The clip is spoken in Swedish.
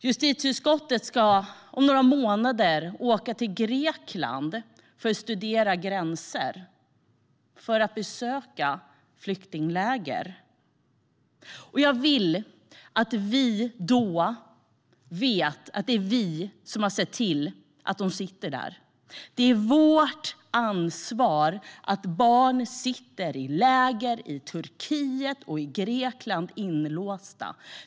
Justitieutskottet ska om några månader åka till Grekland för att studera gränser, för att besöka flyktingläger. Jag vill att vi då vet att det är vi som har sett till att de sitter där. Det är vårt ansvar att barn sitter inlåsta i läger i Turkiet och Grekland.